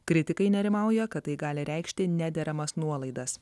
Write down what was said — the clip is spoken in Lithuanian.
kritikai nerimauja kad tai gali reikšti nederamas nuolaidas